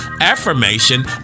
Affirmation